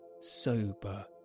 sober